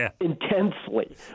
intensely